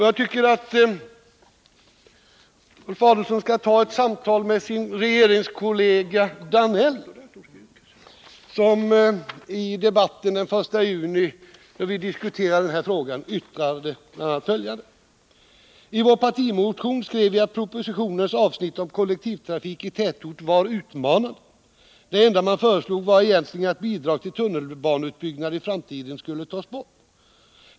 Jag tycker att Ulf Adelsohn skall ta ett samtal med sin regeringskollega Danell, som i debatten den 1 juni, när vi diskuterade den här frågan, yttrade bl.a. följande: ”I vår partimotion skrev vi att propositionens avsnitt om kollektivtrafik i tätort var utmanande. Det enda man föreslog var egentligen att bidrag till tunnelbaneutbyggnad i framtiden skulle tas bort.